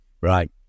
Right